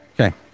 Okay